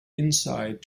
inside